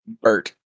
Bert